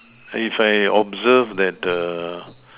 if I observe that the